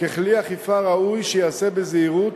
ככלי אכיפה ראוי שייעשה בזהירות,